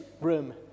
room